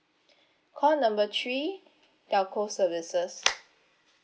call number three telco services